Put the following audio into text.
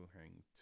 hang